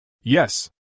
Yes